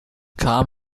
kam